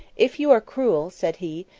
if you are cruel, said he,